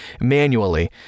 manually